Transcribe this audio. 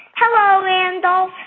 hello, randolph,